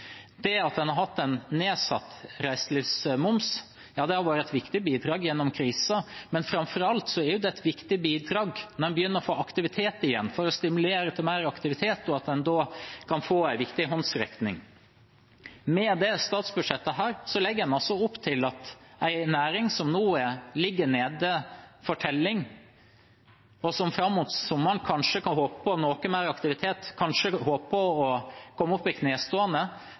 Det at en har hatt nedsatt reiselivsmoms, har vært et viktig bidrag gjennom krisen, men framfor alt er det et viktig bidrag når en begynner å få aktivitet igjen, for å stimulere til mer aktivitet, og at en da kan få en viktig håndsrekning. Med dette statsbudsjettet legger en opp til at en næring som nå ligger nede for telling – og som fram mot sommeren kanskje kan håpe på noe mer aktivitet, kanskje håper å komme opp i knestående